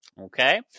Okay